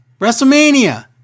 WrestleMania